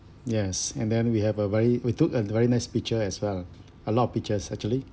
yes and then we have a very we took a very nice picture as well a lot of pictures actually